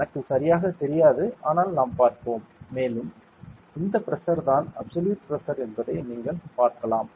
எனக்கு சரியாகத் தெரியாது ஆனால் நாம் பார்ப்போம் மேலும் இந்த பிரஷர் தான் அப்சல்யூட் பிரஷர் என்பதை நீங்கள் பார்க்கலாம்